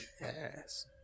Yes